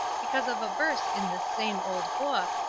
because of a verse in this same old book,